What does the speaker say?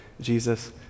Jesus